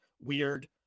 weird